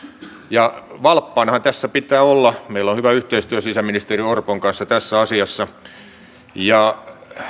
ja valppaanahan tässä pitää olla meillä on hyvä yhteistyö sisäministeri orpon kanssa tässä asiassa ja